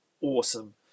awesome